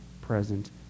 present